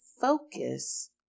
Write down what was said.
focus